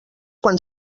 quan